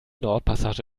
nordpassage